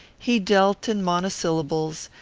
he dealt in monosyllables,